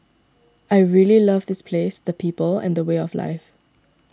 I really love this place the people and the way of life